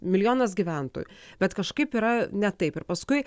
milijonas gyventojų bet kažkaip yra ne taip ir paskui